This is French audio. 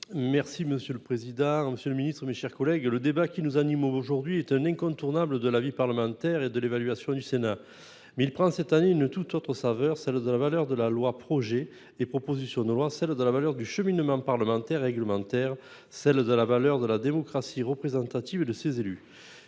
Merci monsieur le président, Monsieur le Ministre, mes chers collègues, le débat qui nous anime aujourd'hui est un incontournable de la vie parlementaire et de l'évaluation du Sénat mais il prend cette année une toute autre saveur, celle de la valeur de la loi, projets et propositions de loi, celle de la valeur du cheminement parlementaire réglementaire, celle de la valeur de la démocratie représentative de ses élus.